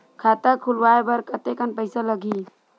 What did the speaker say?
खाता खुलवाय बर कतेकन पईसा लगही?